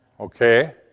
Okay